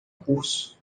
curso